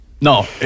no